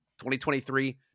2023